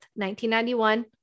1991